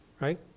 right